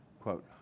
quote